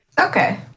Okay